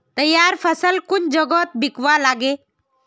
तैयार फसल कुन जगहत बिकवा लगे?